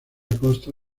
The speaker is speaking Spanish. consta